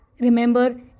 Remember